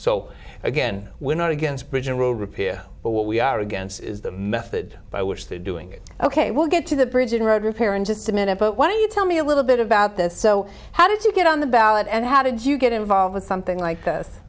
so again we're not against bridge and road repair but what we are against is the method by which they're doing it ok we'll get to the bridge and road repair in just a minute but what do you tell me a little bit about this so how did you get on the ballot and how did you get involved in something like this